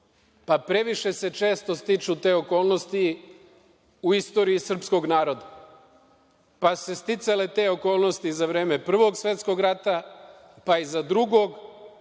Previše se često stiču te okolnosti u istoriji srpskog naroda, pa su se sticale te okolnosti za vreme Prvog svetskog rata, pa i za vreme